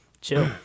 chill